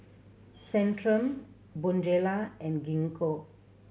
Centrum Bonjela and Gingko